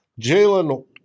Jalen